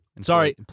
Sorry